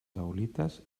zeolites